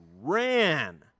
ran